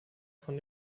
von